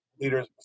leaders